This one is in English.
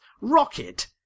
Rocket